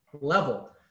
level